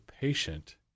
patient